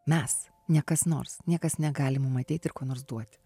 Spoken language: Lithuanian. mes ne kas nors niekas negali mum ateit ir ko nors duot